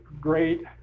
great